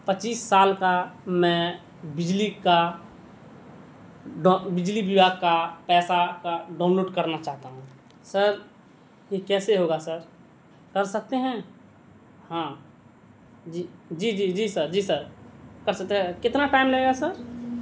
پچیس سال کا میں بجلی کا بجلی وبھاگ کا پیسہ کا ڈاؤن لوڈ کرنا چاہتا ہوں سر یہ کیسے ہوگا سر کر سکتے ہیں ہاں جی جی جی جی سر جی سر کر سکتے ہیں کتنا ٹائم لگے گا سر